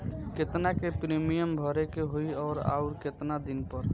केतना के प्रीमियम भरे के होई और आऊर केतना दिन पर?